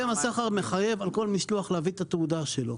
הסכם הסחר מחייב על כל משלוח להביא את התעודה שלו.